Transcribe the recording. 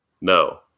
No